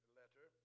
letter